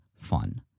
fun